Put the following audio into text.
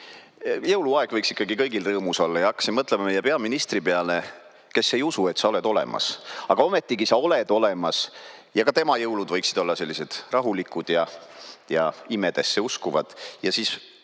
et jõuluaeg võiks ikkagi kõigil rõõmus olla, ja hakkasin mõtlema meie peaministri peale, kes ei usu, et sa oled olemas. Aga ometigi sa oled olemas. Ja ka tema jõulud võiksid olla sellised rahulikud ja imedesse uskuvad.